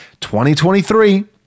2023